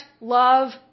love